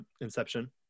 Inception